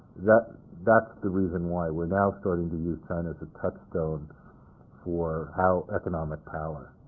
yeah that's the reason why we're now starting to use china as a touchstone for how economic power.